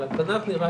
אבל על פניו נראה